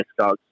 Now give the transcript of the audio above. Discogs